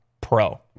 Pro